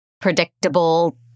predictable